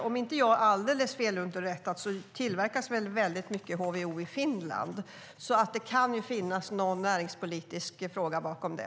Om jag inte är alldeles felunderrättad tillverkas väldigt mycket HVO i Finland, så det kan finnas något näringspolitiskt syfte bakom det.